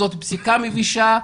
זאת פסיקה מבישה,